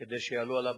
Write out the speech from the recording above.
כדי שיעלו עליו מבקרים,